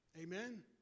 Amen